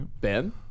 Ben